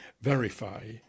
verify